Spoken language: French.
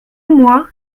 mois